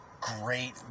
great